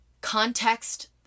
context